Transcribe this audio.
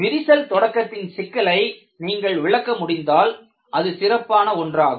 விரிசல் தொடக்கத்தின் சிக்கலை நீங்கள் விளக்க முடிந்தால் அது சிறப்பான ஒன்றாகும்